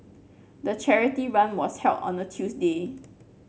the charity run was held on a Tuesday